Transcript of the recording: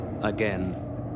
again